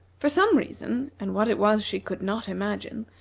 for some reason, and what it was she could not imagine,